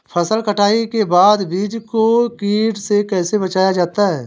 फसल कटाई के बाद बीज को कीट से कैसे बचाया जाता है?